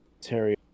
Terry